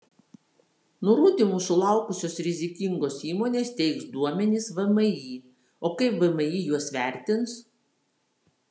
nurodymų sulaukusios rizikingos įmonės teiks duomenis vmi o kaip vmi juos vertins